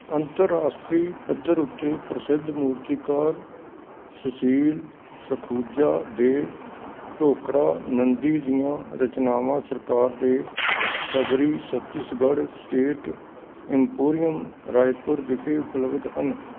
ਅੰਤਰਰਾਸ਼ਟਰੀ ਪੱਧਰ ਉੱਤੇ ਪ੍ਰਸਿੱਧ ਮੂਰਤੀਕਾਰ ਸੁਸ਼ੀਲ ਸਖੂਜਾ ਦੇ ਢੋਕਰਾ ਨੰਦੀ ਦੀਆਂ ਰਚਨਾਵਾਂ ਸਰਕਾਰ ਦੇ ਸ਼ਬਰੀ ਛੱਤੀਸਗੜ੍ਹ ਸਟੇਟ ਇੰਪੋਰੀਅਮ ਰਾਏਪੁਰ ਵਿਖੇ ਉਪਲੱਬਧ ਹਨ